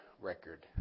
record